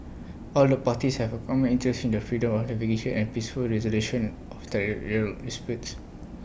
all the parties have A common interest in the freedom of navigation and peaceful resolution of territorial disputes